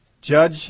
judge